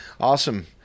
awesome